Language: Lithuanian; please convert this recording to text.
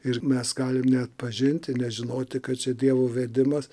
ir mes galim neatpažinti nežinoti kad čia dievo vedimas